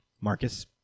marcus